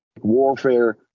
warfare